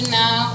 now